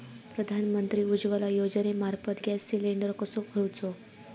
प्रधानमंत्री उज्वला योजनेमार्फत gas cylinder कसो घेऊचो?